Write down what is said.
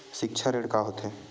सिक्छा ऋण का होथे?